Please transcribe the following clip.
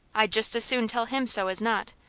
i'd just as soon tell him so as not!